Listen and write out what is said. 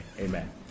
Amen